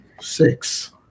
Six